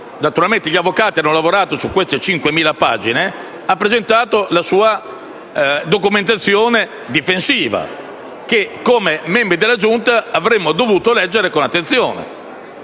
Naturalmente i suoi avvocati hanno lavorato su queste 5.000 pagine e il 1° agosto egli ha depositato la sua documentazione difensiva che, come membri della Giunta, avremmo dovuto leggere con attenzione.